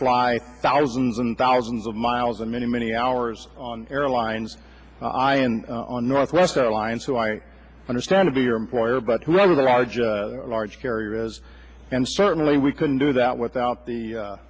fly thousands and thousands of miles and many many hours on airlines i and on northwest airlines who i understand to be your employer but one of the larger large carriers and certainly we couldn't do that without the